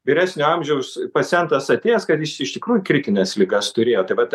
vyresnio amžiaus pacientas atėjęs kad jis iš tikrųjų kritines ligas turėjo tai vat